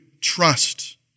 trust